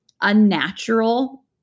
unnatural